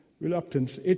reluctance